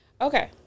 Okay